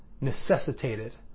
necessitated